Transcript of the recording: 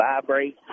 vibrate